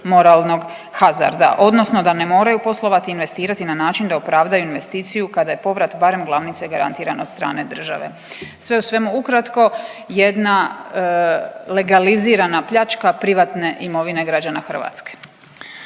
moralnog hazarda, odnosno da ne moraju poslovati, investirati na način da opravdaju investiciju kada je povrat barem glavnice garantiran od strane države. Sve u svemu ukratko. Jedna legalizirana pljačka privatne imovine građana Hrvatske.